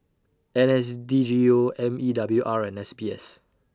N S D G O M E W R and S B S